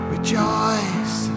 Rejoice